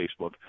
Facebook